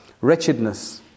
wretchedness